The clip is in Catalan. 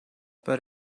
per